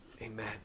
Amen